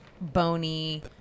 bony